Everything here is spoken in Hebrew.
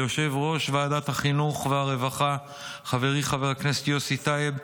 ליושב-ראש ועדת החינוך והרווחה חברי חבר הכנסת יוסי טייב,